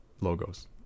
logos